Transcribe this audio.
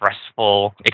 stressful